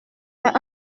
mais